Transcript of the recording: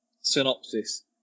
synopsis